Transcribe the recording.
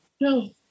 No